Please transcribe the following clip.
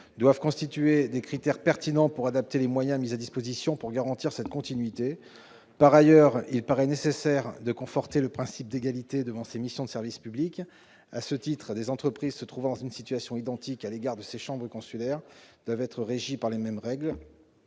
doivent constituer des critères pertinents pour adapter les moyens mis à disposition pour garantir cette continuité. Ensuite, il paraît nécessaire de conforter le principe d'égalité devant ces missions de service public. À ce titre, des entreprises se trouvant dans une situation identique à l'égard des chambres consulaires doivent être régies par les mêmes règles.